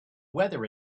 weather